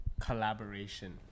collaboration